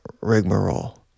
rigmarole